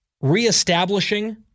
Reestablishing